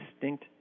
distinct